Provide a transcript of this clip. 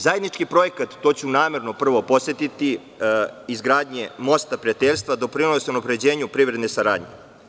Zajednički projekat, to ću namerno prvo podsetiti, izgradnje Mosta prijateljstva doprinosi unapređenju privredne saradnje.